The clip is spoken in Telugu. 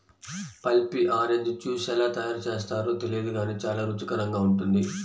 పల్పీ ఆరెంజ్ జ్యూస్ ఎలా తయారు చేస్తారో తెలియదు గానీ చాలా రుచికరంగా ఉంటుంది